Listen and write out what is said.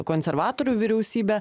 konservatorių vyriausybe